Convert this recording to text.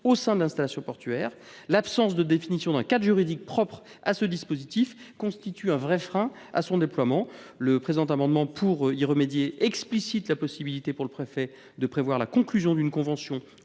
au sein de l’installation portuaire, l’absence de définition d’un cadre juridique propre à ce dispositif constitue un vrai frein à son déploiement. Pour y remédier, le présent amendement vise à expliciter la possibilité pour le préfet de prévoir la conclusion d’une convention